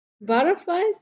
butterflies